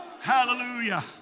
Hallelujah